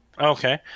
okay